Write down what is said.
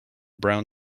brown